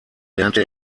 lernte